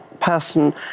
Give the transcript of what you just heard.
person